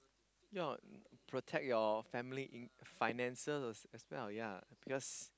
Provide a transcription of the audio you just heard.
yeah protect your family in~ finances as well ya because